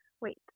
wait